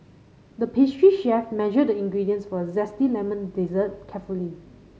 the pastry chef measured the ingredients for a zesty lemon dessert carefully